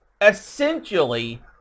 essentially